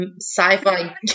sci-fi